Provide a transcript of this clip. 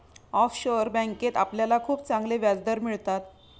offshore बँकेत आपल्याला खूप चांगले व्याजदर मिळतात